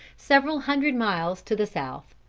several hundred miles to the south.